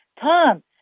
tom